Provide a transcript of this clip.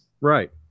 Right